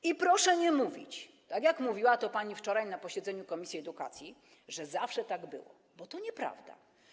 I proszę nie mówić, tak jak mówiła to pani wczoraj na posiedzeniu komisji edukacji, że zawsze tak było, bo to nieprawda.